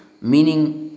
meaning